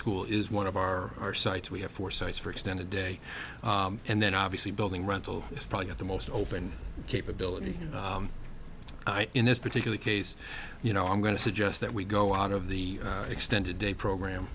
school is one of our our sites we have four sites for extended day and then obviously building rental probably at the most open capability in this particular case you know i'm going to suggest that we go out of the extended day program